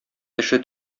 теше